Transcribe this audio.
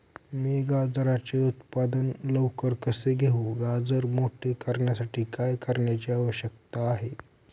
मी गाजराचे उत्पादन लवकर कसे घेऊ? गाजर मोठे करण्यासाठी काय करण्याची आवश्यकता आहे?